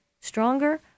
stronger